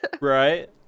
right